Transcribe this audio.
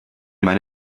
meine